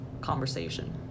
conversation